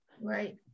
right